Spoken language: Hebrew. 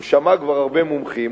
הוא שמע כבר הרבה מומחים,